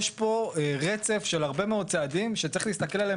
יש פה רצף של הרבה מאוד צעדים שצריך להסתכל עליהם